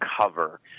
cover